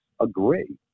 agree